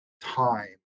time